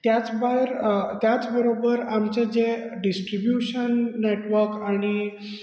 त्याच भायर त्याच बरोबर आमचें जे डिस्ट्रीब्यूशन नॅटवर्क आनी